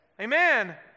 Amen